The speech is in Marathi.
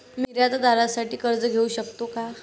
मी निर्यातदारासाठी कर्ज घेऊ शकतो का?